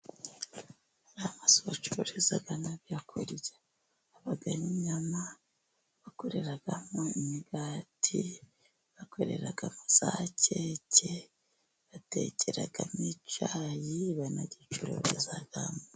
Amazu bacururizamo ibyo kurya, habamo inyama, bakoreramo imigati, bakoreramo za keke, batekeramo icyayi, banagicururizamo.